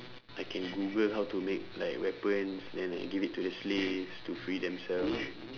I can google how to make like weapons then like give it to the slaves to free themselves